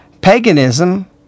paganism